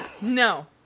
no